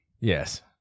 Yes